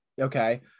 Okay